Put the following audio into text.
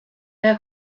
their